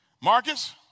Marcus